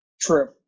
True